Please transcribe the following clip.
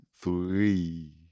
Three